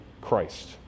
Christ